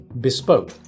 bespoke